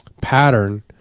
pattern